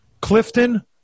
Clifton